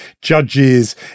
judges